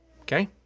Okay